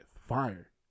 fire